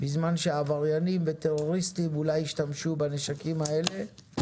בזמן שעבריינים וטרוריסטים אולי ישתמשו בנשקים האלה,